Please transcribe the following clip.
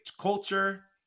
culture